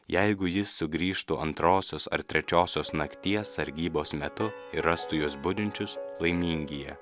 jeigu jis sugrįžtų antrosios ar trečiosios nakties sargybos metu ir rastų juos budinčius laimingi jie